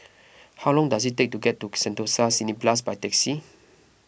how long does it take to get to Sentosa Cineblast by taxi